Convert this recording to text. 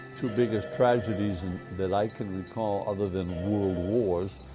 two biggest tragedies and that i can recall other than world wars,